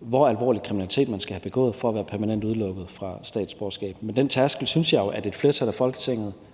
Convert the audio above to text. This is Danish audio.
hvor alvorlig kriminalitet man skal have begået for at være permanent udelukket fra statsborgerskab, men den tærskel synes jeg jo at et flertal i Folketinget